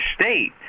state